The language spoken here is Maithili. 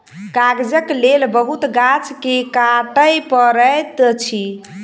कागजक लेल बहुत गाछ के काटअ पड़ैत अछि